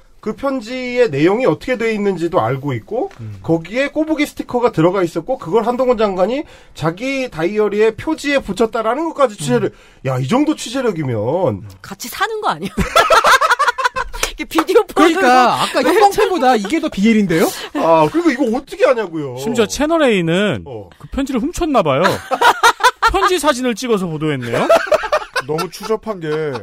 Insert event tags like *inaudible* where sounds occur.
그 편지의 내용이 어떻게 돼 있는지도 알고 있고 음. 거기에 꼬부기 스티커가 들어가 있었고 그걸 한동훈 장관이 자기 다이어리에 표지에 붙였다라는 것까지 취재를- 음. 야, 이 정도 취재력이면. 같이 사는 거 아니야? *laughs* 이게 비디오 그러니까 폰으로 아까 왜- 형광펜보다 *laughs* 이게 더 BL인데요? 아, 그리고 이거 어떻게 하냐고요? 심지어 채널A는 어. 그 편지를 훔쳤나 봐요. *laughs* 편지 사진을 찍어서 보도했네요. *laughs* 너무 추잡한 게.